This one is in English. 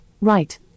right